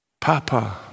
Papa